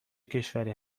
کشوری